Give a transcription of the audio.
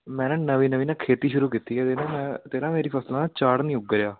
ਮੈਂ ਨਾ ਨਵੀਂ ਨਵੀਂ ਨਾ ਖੇਤੀ ਸ਼ੁਰੂ ਕੀਤੀ ਹੈ ਅਤੇ ਨਾ ਮੈਂ ਅਤੇ ਨਾ ਮੇਰੀ ਫ਼ਸਲ ਝਾੜ ਨਹੀਂ ਉੱਗ ਰਿਹਾ